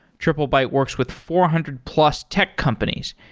triplebyte works with four hundred plus tech companies,